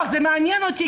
זה מעניין אותי,